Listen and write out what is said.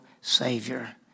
Savior